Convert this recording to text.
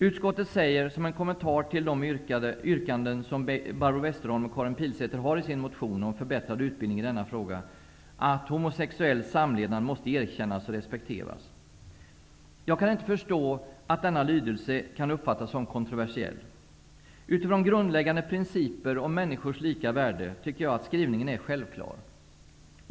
Utskottet säger som en kommentar till de yrkanden som Barbro Westerholm och Karin Pilsäter har om förbättrad utbildning i denna fråga, att homosexuell samlevnad måste erkännas och respekteras. Jag kan inte förstå att denna lydelse kan uppfattas som kontroversiell. Utifrån grundläggande principer om människors lika värde tycker jag att skrivningen är självklar.